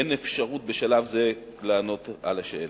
אין אפשרות, בשלב זה, לענות על השאלה.